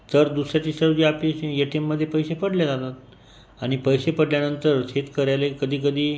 चर दुसऱ्या तिसऱ्या दिवशी आपले असे ये टी एममध्ये पैसे पडले जातात आणि पैसे पडल्यानंतर शेतकऱ्याले कधीकधी